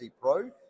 Pro